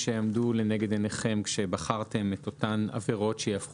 במקרה כזה יתנהל תיק הוכחות והשוטר יוזמן להעיד ויוכל